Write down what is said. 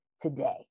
today